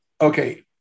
Okay